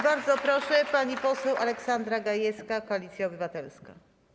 Bardzo proszę, pani poseł Aleksandra Gajewska, Koalicja Obywatelska.